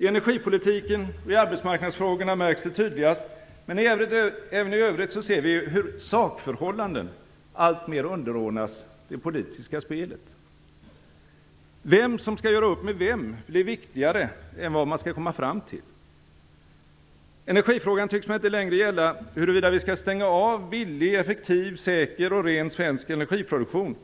I energipolitiken och i arbetsmarknadsfrågorna märks det tydligast, men även i övrigt ser vi hur sakförhållanden alltmer underordnas det politiska spelet. Vem som skall göra upp med vem blir viktigare än vad man skall komma fram till. Energifrågan tycks mig inte längre gälla huruvida vi skall stänga av billig, effektiv, säker och ren svensk energiproduktion